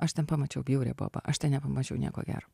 aš ten pamačiau bjaurią bobą aš ten nepamačiau nieko gero